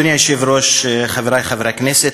אדוני היושב-ראש, חברי חברי הכנסת,